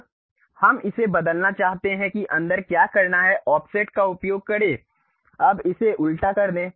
हम इसे बदलना चाहते हैं कि अंदर क्या करना है ऑफसेट का उपयोग करें अब इसे उल्टा कर दें